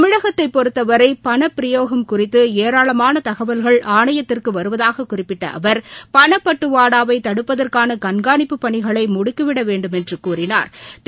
தமிழகத்தைப் பொறுத்தவரைபணப்பிரயோகம் குறித்துஏராளமானதகவல்கள் ஆணையத்திற்குவருவதாகக் குறிப்பிட்டஅவர் பணப்பட்டுவாடாவைதடுப்பதற்கானகண்காணிப்பு பணிகளைமுடுக்கிவிடவேண்டுமென்றுகூறினாா்